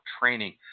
training